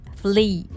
flee